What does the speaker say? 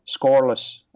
scoreless